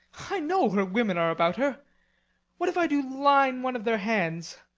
i know her women are about her what if i do line one of their hands?